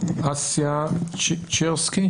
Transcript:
אסיה ציירסקי.